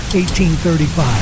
1835